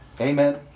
Amen